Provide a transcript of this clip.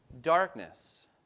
darkness